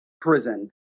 prison